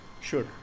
Sure